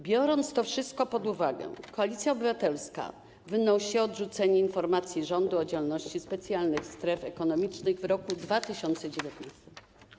Biorąc to wszystko pod uwagę, Koalicja Obywatelska wnosi o odrzucenie informacji rządu o działalności specjalnych stref ekonomicznych w roku 2019.